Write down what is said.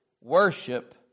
Worship